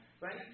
right